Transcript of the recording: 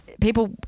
people